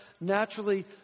naturally